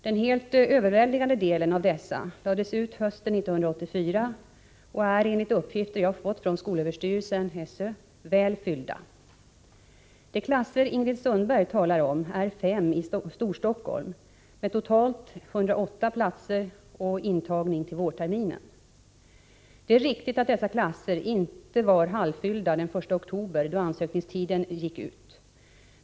Den helt överväldigande delen av dessa lades ut till hösten 1984 och är enligt uppgifter jag fått från skolöverstyrelsen väl fyllda. De klasser Ingrid Sundberg talar om är fem i Storstockholm med totalt 108 platser och intagning till vårterminen. Det är riktigt att dessa klasser inte var halvfyllda den 1 oktober, då ansökningstiden gick ut.